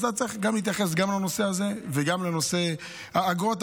אז אתה צריך להתייחס גם לנושא הזה וגם לנושא האגרות,